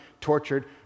tortured